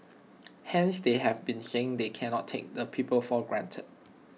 hence they have been saying they cannot take the people for granted